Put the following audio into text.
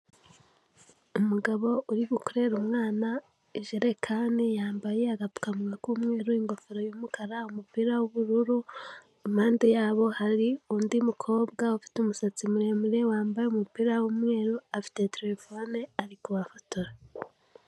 Umugabo uri gukorera umwana ijerekani yambaye agapfukamunwa k'umweru, ingofero y'umukara, umupira w'ubururu. Impande yabo hari undi mukobwa ufite umusatsi muremure, wambaye umupira w'umweru, afite terefone ari kubafotora.